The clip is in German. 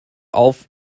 auf